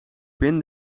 binnen